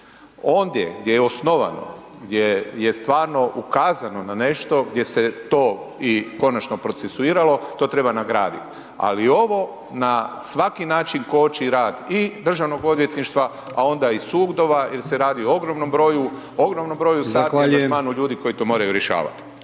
Ondje gdje je osnovan, gdje je stvarno ukazano na nešto, gdje se to i konačno procesiralo, to treba nagradit ali ovo na svaki način koči rad i Državnog odvjetništva a onda i sudova jer se radi o ogromnom broju, ogromnom broju sati